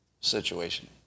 situation